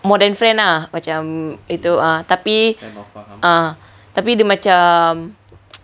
more than friend ah macam gitu